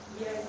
Yes